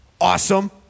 awesome